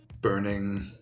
burning